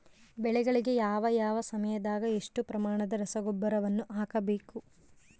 ಬೆಳೆಗಳಿಗೆ ಯಾವ ಯಾವ ಸಮಯದಾಗ ಎಷ್ಟು ಪ್ರಮಾಣದ ರಸಗೊಬ್ಬರವನ್ನು ಹಾಕಬೇಕು?